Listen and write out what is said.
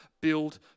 build